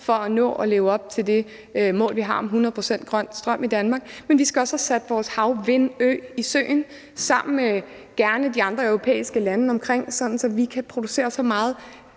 for at nå at leve op til det mål, vi har om 100 pct. grøn strøm i Danmark. Men vi skal også have sat vores havvindmølleø i søen og gerne sammen med de andre europæiske lande i nærheden af os, sådan at vi kan producere så meget